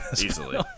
easily